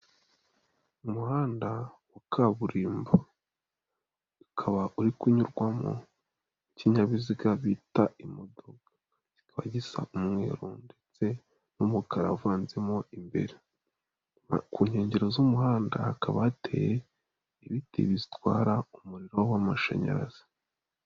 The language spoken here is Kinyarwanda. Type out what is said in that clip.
Umuhanda wa kaburimbo ukaba uri kunyurwamo kinyabiziga bita imodoka, kikaba gisa umweru ndetse n'umukara avanzemo imbere, ku nkengero z'umuhanda hakaba hateye ibiti bitwara umuriro w'amashanyarazi.